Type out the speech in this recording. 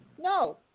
no